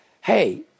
hey